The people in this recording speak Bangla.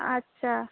আচ্ছা